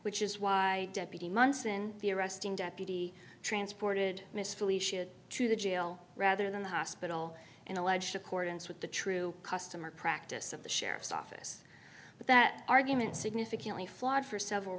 which is why deputy munson the arresting deputy transported miss felicia's to the jail rather than the hospital in alleged accordance with the true customer practice of the sheriff's office but that argument significantly flawed for several